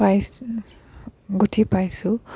পাইছোঁ গুঠি পাইছোঁ